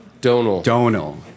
Donal